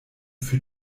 für